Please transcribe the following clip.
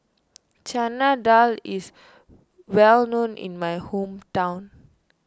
Chana Dal is well known in my hometown